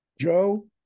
Joe